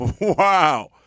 Wow